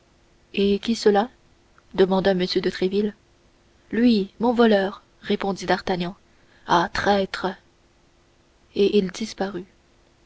et qui cela demanda m de tréville lui mon voleur répondit d'artagnan ah traître et il disparut